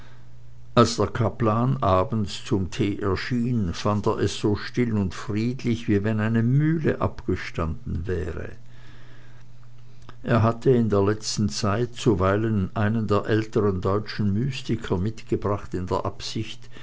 als der kaplan abends zum tee erschien fand er es so still und friedlich wie wenn eine mühle abgestanden wäre er hatte in der letzten zeit zuweilen einen der älteren deutschen mystiker mitgebracht in der absicht